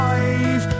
Five